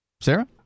Sarah